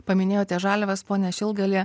paminėjote žaliavas pone šilgali